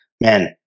man